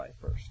first